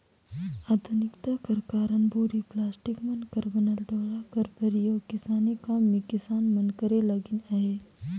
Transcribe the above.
आधुनिकता कर कारन बोरी, पलास्टिक मन कर बनल डोरा कर परियोग किसानी काम मे किसान मन करे लगिन अहे